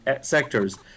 sectors